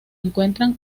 encuentra